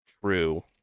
true